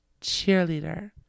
cheerleader